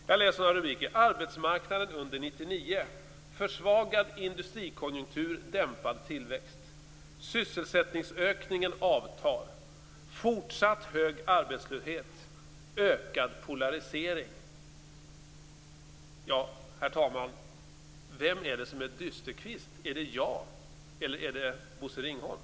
Jag läser några rubriker: Arbetsmarknaden under Sysselsättningsökningen avtar. Fortsatt hög arbetslöshet. Ökad polarisering. Herr talman! Vem är det som är dysterkvist? Är det jag eller är det Bosse Ringholm?